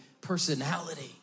personality